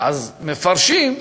אז מפרשים: